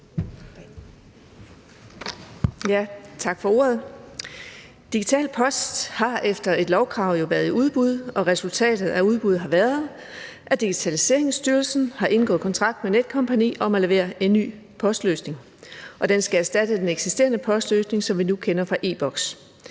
(S): Tak for ordet. Digital Post har efter et lovkrav jo været i udbud, og resultatet af udbuddet har været, at Digitaliseringsstyrelsen har indgået kontrakt med Netcompany om at levere en ny postløsning. Den skal erstatte den eksisterende postløsning, som vi nu kender fra e-Boks.